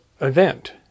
event